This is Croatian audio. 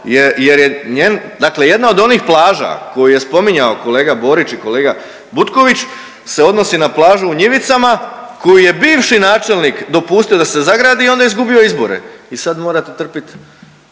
dakle jedna od onih plaža koju je spominjao kolega Borić i kolega Butković se odnosi na plažu u Njivicama koju je bivši načelnik dopustio da se zagradi i onda je izgubio izbore i sad morate trpit